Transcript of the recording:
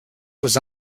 aux